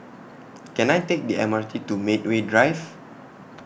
Can I Take The M R T to Medway Drive